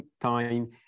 time